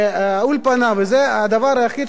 וזה הדבר היחידי שחבר הכנסת נחמן שי,